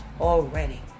already